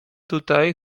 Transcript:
tutaj